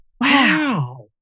Wow